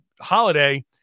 Holiday